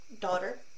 daughter